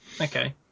okay